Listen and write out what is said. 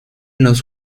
los